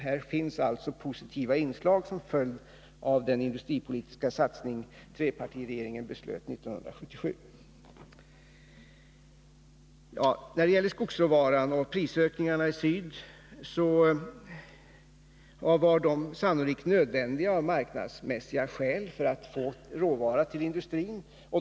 Här finns alltså positiva inslag som följd av den industripolitiska satsning som trepartiregeringen beslöt om 1977. När det gäller skogsråvaran och prisökningarna i syd var åtgärderna sannolikt nödvändiga av marknadsmässiga skäl för att få råvara till industrin.